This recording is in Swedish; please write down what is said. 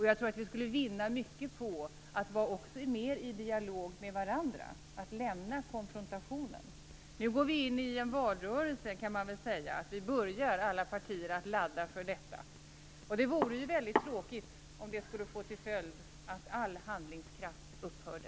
Jag tror att vi skulle vinna mycket på att också vara mer i dialog med varandra, att lämna konfrontationen. Nu går vi snart in i en valrörelse; man kan säga att alla partier börjar ladda för detta. Det vore väldigt tråkigt om det skulle få till följd att all handlingskraft upphörde.